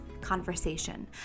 conversation